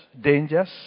dangers